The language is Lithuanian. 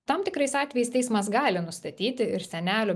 tam tikrais atvejais teismas gali nustatyti ir senelių